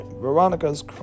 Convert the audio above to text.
Veronica's